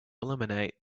eliminate